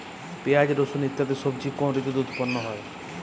পিঁয়াজ রসুন ইত্যাদি সবজি কোন ঋতুতে উৎপন্ন হয়?